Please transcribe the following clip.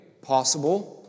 possible